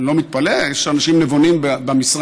אני לא מתפלא, יש אנשים נבונים במשרד,